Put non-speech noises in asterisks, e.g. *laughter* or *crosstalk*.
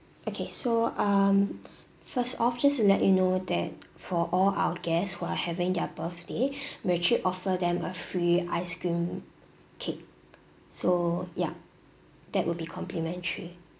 okay so um first off just to let you know that for all our guests who are having their birthday *breath* we actually offer them a free ice cream cake so yup that will be complimentary